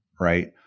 right